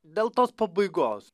dėl tos pabaigos